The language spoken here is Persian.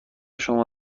شما